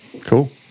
Cool